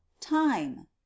time